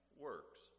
works